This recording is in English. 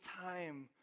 time